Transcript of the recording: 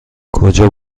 کجا